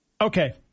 Okay